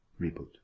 reboot